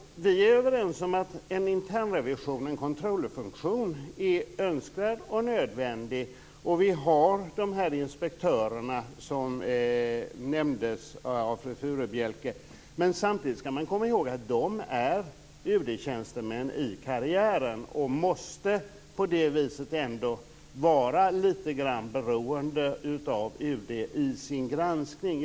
Vi är överens om att en internrevision och en controler-funktion är önskvärda och nödvändiga. Man har de inspektörer som nämndes av fru Furubjelke, men samtidigt skall man komma ihåg att de är UD-tjänstemän i karriären och måste på det viset ändå vara litet grand beroende av UD i sin granskning.